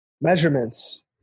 measurements